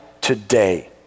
today